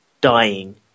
dying